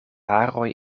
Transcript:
haroj